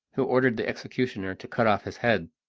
who ordered the executioner to cut off his head.